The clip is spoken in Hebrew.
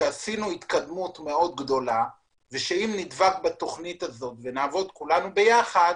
שעשינו התקדמות מאוד גדולה ושאם נדבק בתכנית הזאת ונעבוד כולנו ביחד,